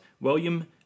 William